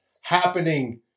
happening